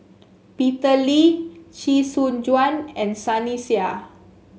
Peter Lee Chee Soon Juan and Sunny Sia